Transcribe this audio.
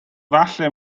falle